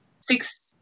six